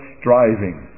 striving